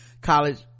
college